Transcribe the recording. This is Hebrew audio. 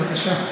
בבקשה.